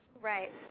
Right